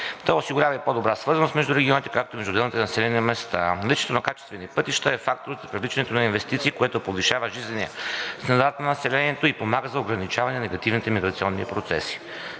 То осигурява и по-добра свързаност между регионите, както и между отделните населени места. Наличието на качествени пътища е фактор от привличането на инвестиции, което повишава жизнения стандарт на населението и помага за ограничаване на негативните миграционни процеси.